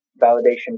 validation